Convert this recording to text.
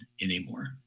anymore